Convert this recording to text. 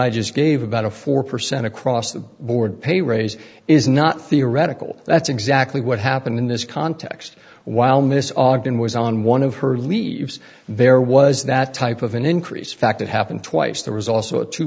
i just gave about a four percent across the board pay raise is not theoretical that's exactly what happened in this context while miss are going was on one of her leaves there was that type of an increase fact it happened twice there was also a two